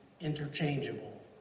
interchangeable